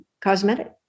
cosmetic